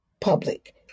public